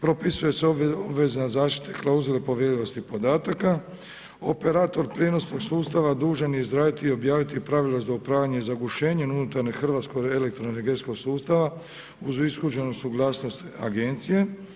Propisuje se obveza zaštite klauzule o povjerljivosti podataka, operator prijenosnog sustava dužan je izraditi i objaviti pravila za upravljanje i zagušenje unutar hrvatskog elektro energetskog sustava uz ishođenu suglasnost agencije.